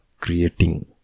creating